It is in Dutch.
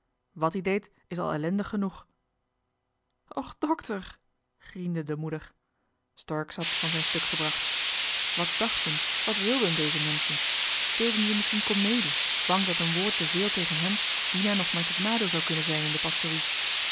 ie deed is al ellendig genoeg och dokter griende de moeder stork zat van zijn stuk gebracht wat dachten wat wilden deze menschen speelden ze misschien komedie bang dat een woord te veel tegen hem dina nog maar tot nadeel zou kunnen zijn in de pastorie